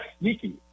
sneaky